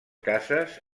cases